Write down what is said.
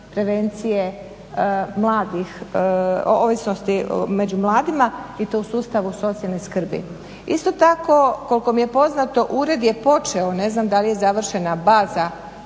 prevencije ovisnosti među mladima i to u sustavu socijalne skrbi. Isto tako koliko mi je poznato ured je počeo, ne znam da li je završena baza